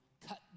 cut